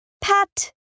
Pat